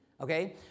okay